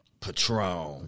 Patron